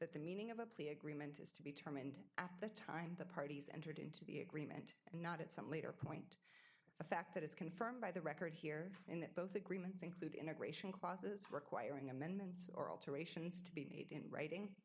that the meaning of a plea agreement is to be term and at the time the parties entered into the agreement and not at some later point a fact that is confirmed by the record here and that both agreements include integration clauses requiring amendments or alterations to be made in writing